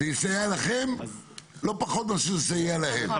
זה יסייע לכם לא פחות מאשר זה יסייע להם.